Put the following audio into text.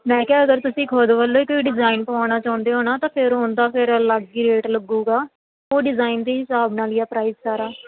ਮੈਂ ਕਿਹਾ ਅਗਰ ਤੁਸੀਂ ਖੁਦ ਵੱਲੋਂ ਹੀ ਕੋਈ ਡਿਜ਼ਾਇਨ ਪਵਾਉਣਾ ਚਾਹੁੰਦੇ ਹੋ ਨਾ ਤਾਂ ਫਿਰ ਉਹਦਾ ਫਿਰ ਅਲੱਗ ਹੀ ਰੇਟ ਲੱਗੇਗਾ ਉਹ ਡਿਜ਼ਾਇਨ ਦੇ ਹਿਸਾਬ ਨਾਲ ਹੀ ਹੈ ਪ੍ਰਾਈਸ ਸਾਰਾ